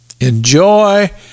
enjoy